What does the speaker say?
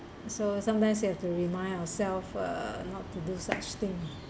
so sometimes you have to remind ourselves uh not to do such thing